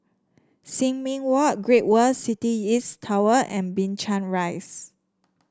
Sin Ming Walk Great World City East Tower and Binchang Rise